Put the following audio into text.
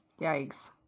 Yikes